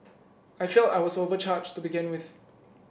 I felt I was overcharged to begin with